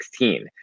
2016